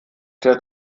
der